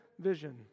vision